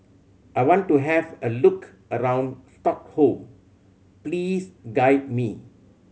I want to have a look around Stockholm please guide me